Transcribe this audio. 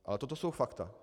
Ale toto jsou fakta.